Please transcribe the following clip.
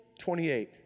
28